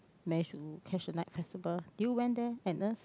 manage to catch the night festival did you went there Agnes